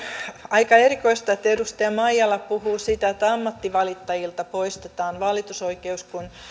aika erikoista että edustaja maijala puhuu siitä että ammattivalittajilta poistetaan valitusoikeus kun